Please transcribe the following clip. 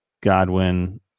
Godwin